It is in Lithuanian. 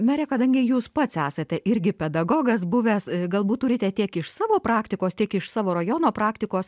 mere kadangi jūs pats esate irgi pedagogas buvęs galbūt turite tiek iš savo praktikos tiek iš savo rajono praktikos